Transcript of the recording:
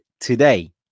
today